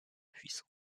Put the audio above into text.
puissant